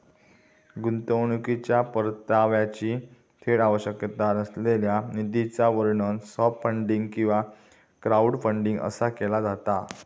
गुंतवणुकीच्यो परताव्याची थेट आवश्यकता नसलेल्या निधीचा वर्णन सॉफ्ट फंडिंग किंवा क्राऊडफंडिंग असा केला जाता